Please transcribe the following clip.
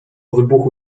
wybuchu